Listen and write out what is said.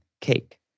Cake